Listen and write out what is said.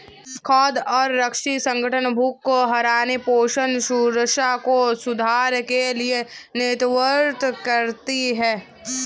खाद्य और कृषि संगठन भूख को हराने पोषण सुरक्षा में सुधार के लिए नेतृत्व करती है